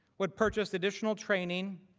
would purchase additional training,